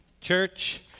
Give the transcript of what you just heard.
church